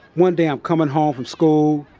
one day, i'm coming home from school.